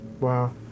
Wow